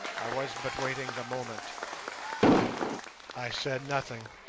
i was but waiting the moment i said nothing,